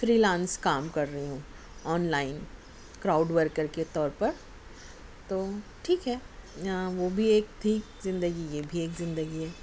free lance کام کر رہی ہوں آن لائن کراؤڈ ورکر کے طور پر تو ٹھیک ہے وہ بھی ایک تھی زندگی یہ بھی ایک زندگی ہے